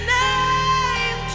name